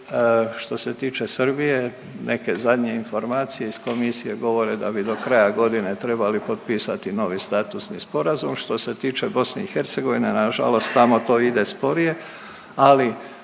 što se tiče Srbije, neke zadnje informacije iz Komisije govore da bi do kraja godine trebali potpisati novi statusni sporazum. Što se tiče BiH, nažalost tamo to ide sporije, ali